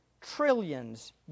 trillions